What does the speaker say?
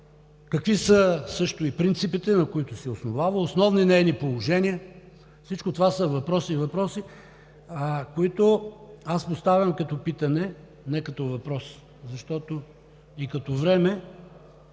какви са принципите, на които се основава, основни нейни положения? Всички тези въпроси аз поставям като питане, не като въпрос, защото и като време,